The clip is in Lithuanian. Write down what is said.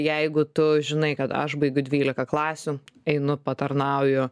jeigu tu žinai kad aš baigiu dvylika klasių einu patarnauju